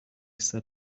said